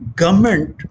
Government